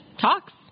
talks